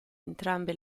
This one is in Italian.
entrambe